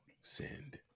send